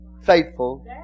faithful